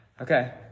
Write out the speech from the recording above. Okay